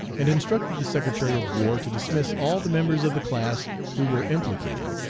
and instructed the secretary of war to dismiss all the members of the class who were implicated,